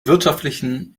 wirtschaftlichen